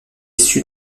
issue